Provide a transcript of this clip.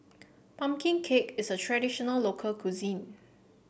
pumpkin cake is a traditional local cuisine